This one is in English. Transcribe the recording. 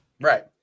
Right